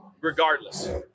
regardless